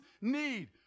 need